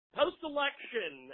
post-election